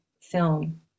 film